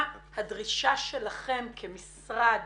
מה הדרישה שלכם כמשרד